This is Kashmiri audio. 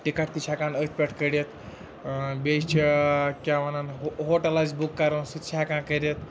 ٹِکَٹ تہِ چھِ ہیٚکان أتھۍ پٮ۪ٹھ کٔڑِتھ بیٚیہِ چھِ کیٛاہ وَنان ہوٹل آسہِ بُک کَرُن سُہ تہِ چھِ ہیٚکان کٔرِتھ